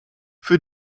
für